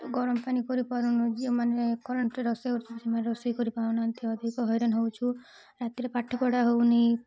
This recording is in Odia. ଗରମ୍ ପାଣି କରିପାରୁନୁ ଯେଉଁମାନେ କରେଣ୍ଟ୍ରେ ରୋଷେଇ କରୁଛନ୍ତି ସେମାନେ ରୋଷେଇ କରିପାରୁନାହଁନ୍ତି ଅଧିକ ହଇରାଣ ହେଉଛୁ ରାତିରେ ପାଠପଢ଼ା ହେଉନି